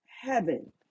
heaven